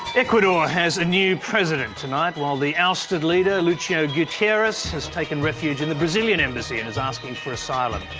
ecuador has a new president tonight, while the ousted leader, lucio guitierrez, has taken refuge in the brazilian embassy and is asking for asylum.